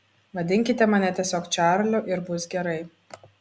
vadinkite mane tiesiog čarliu ir bus gerai